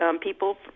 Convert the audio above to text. people